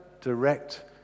direct